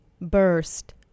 burst